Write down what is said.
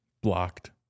Blocked